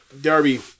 Darby